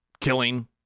killing